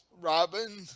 Robin